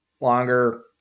longer